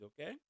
okay